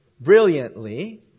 brilliantly